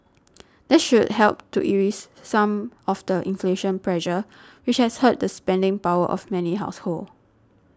that should help to ease some of the inflation pressure which has hurt the spending power of many households